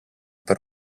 per